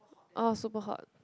orh super hot